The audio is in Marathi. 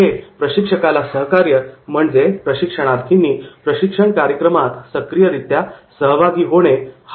इथे प्रशिक्षकाला सहकार्य म्हणजे 'प्रशिक्षणार्थींनी प्रशिक्षण कार्यक्रमात सक्रियरित्या सहभागी होणे' हा होय